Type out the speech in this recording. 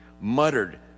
muttered